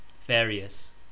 Various